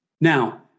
Now